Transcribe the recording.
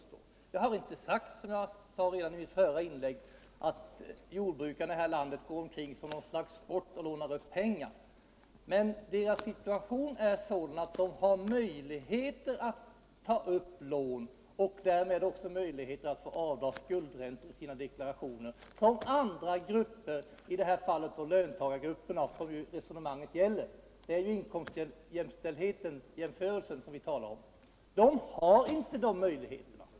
Som jag framhöll redan i mitt förra inlägg, har jag inte sagt att jordbrukarna här i landet har gjort det till en sport att låna upp pengar. Men deras situation är sådan att de har möjligheter att ta upp lån och därmed också möjligheter att dra av skuldräntor i sina deklarationer, medan löntagargrupperna — och det är ju inkomstlikställighet med dem som det här resonemanget gäller — inte har de möjligheterna.